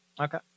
Okay